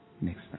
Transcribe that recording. next